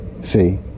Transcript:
See